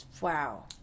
wow